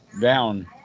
down